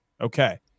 okay